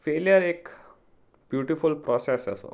failure एक beautiful process असो